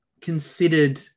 considered